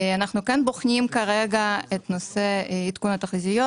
אנחנו כן בוחנים כרגע את נושא עדכון התחזיות.